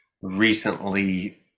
recently